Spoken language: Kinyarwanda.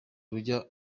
rujya